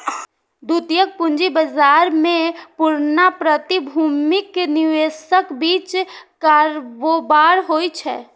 द्वितीयक पूंजी बाजार मे पुरना प्रतिभूतिक निवेशकक बीच कारोबार होइ छै